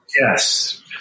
yes